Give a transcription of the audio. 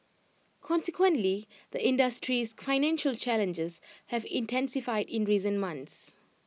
consequently the industry's financial challenges have intensified in recent months